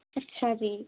ਅੱਛਾ ਜੀ